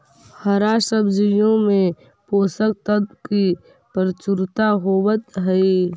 हरा सब्जियों में पोषक तत्व की प्रचुरता होवत हई